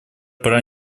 пора